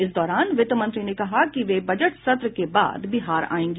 इस दौरान वित्त मंत्री ने कहा कि वे बजट सत्र के बाद बिहार आयेंगी